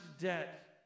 debt